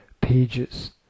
pages